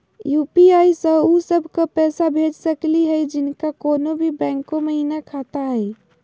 UPI स उ सब क पैसा भेज सकली हई जिनका कोनो भी बैंको महिना खाता हई?